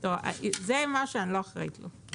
זה משהו שאני לא אחראית לו.